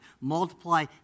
multiply